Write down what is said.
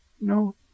No